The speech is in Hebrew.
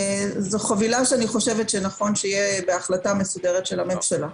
זו חבילה שאני חושבת שנכון שתהיה בהחלטה מסודרת של ממשלה.